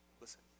Listen